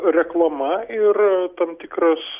reklama ir tam tikras